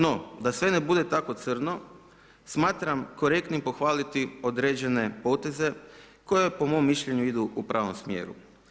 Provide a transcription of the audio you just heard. No, da sve ne bude tako crno smatram korektnim pohvaliti određene poteze koje po mom mišljenju idu u pravom smjeru.